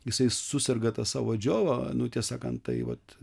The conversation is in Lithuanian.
jisai suserga ta savo džiova nu tiesą sakant tai vat